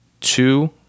two